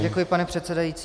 Děkuji, pane předsedající.